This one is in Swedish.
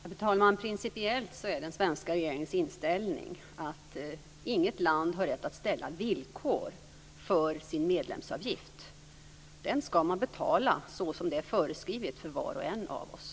Fru talman! Principiellt är den svenska regeringens inställning att inget land har rätt att ställa villkor för sin medlemsavgift. Den ska man betala såsom det är föreskrivet för var och en av oss.